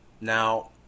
now